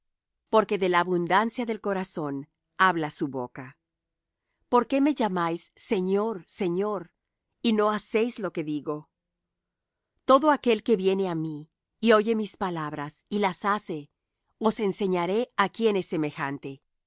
porque de la abundancia del corazón habla su boca por qué me llamáis señor señor y no hacéis lo que digo todo aquel que viene á mí y oye mis palabras y las hace os enseñaré á quién es semejante